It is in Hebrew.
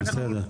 בסדר.